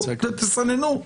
תסננו.